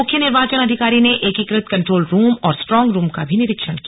मुख्य निर्वाचन अधिकारी ने एकीकृत कंट्रोल रूम और स्ट्रॉन्ग रूम का भी निरीक्षण किया